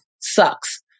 sucks